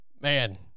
man